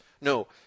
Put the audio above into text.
no